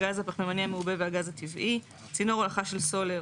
הגז הפחמימני המעובה והגז הטבעי צינור הולכה של סולר